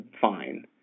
fine